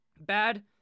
Bad